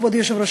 כבוד היושב-ראש,